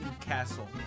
castle